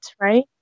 right